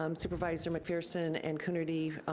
um supervisor mcpherson and coonerty,